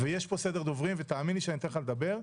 יש פה סדר דוברים ותאמין לי שאני אתן לך לדבר.